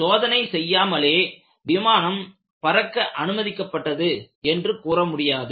சோதனை செய்யலாமலே விமானம் பறக்க அனுமதிக்கப்பட்டது என்று கூற முடியாது